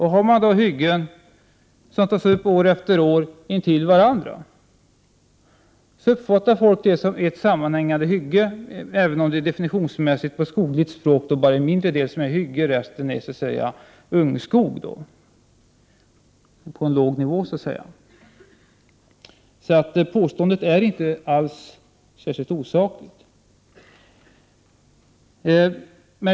Har man då hyggen som tas upp år efter år intill varandra uppfattar människor dem som ett sammanhängande hygge även om definitionsmässigt, på skogligt språk, bara en mindre del är hyggen och resten ungskog. Påståendet är inte särskilt osakligt.